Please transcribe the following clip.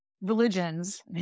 religions